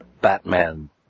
Batman